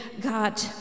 God